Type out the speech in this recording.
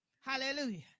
Hallelujah